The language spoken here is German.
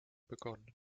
begonnen